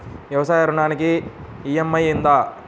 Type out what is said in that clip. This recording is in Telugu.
వ్యవసాయ ఋణానికి ఈ.ఎం.ఐ ఉందా?